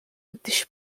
үдэш